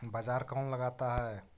बाजार कौन लगाता है?